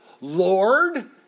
Lord